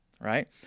Right